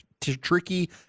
tricky